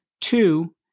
Two